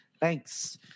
Thanks